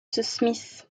smith